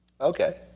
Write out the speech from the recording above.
Okay